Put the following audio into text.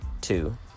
Two